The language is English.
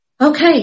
Okay